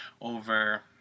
over